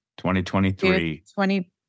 2023